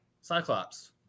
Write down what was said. Cyclops